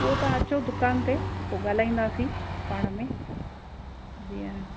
उहो त अचो दुकानु ते पोइ ॻाल्हाईंदासीं पाण में जीअं